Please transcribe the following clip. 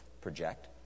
project